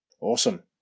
Awesome